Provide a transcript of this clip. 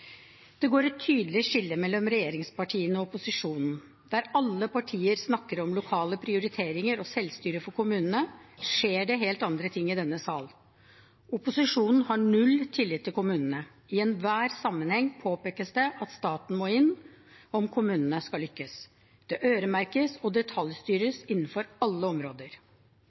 Det går et tydelig skille mellom regjeringspartiene og opposisjonen. Der alle partier snakker om lokale prioriteringer og selvstyre for kommunene, skjer det helt andre ting i denne sal. Opposisjonen har null tillit til kommunene. I enhver sammenheng påpekes det at staten må inn, om kommunene skal lykkes. Det øremerkes og detaljstyres innenfor alle områder.